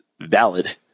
valid